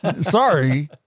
Sorry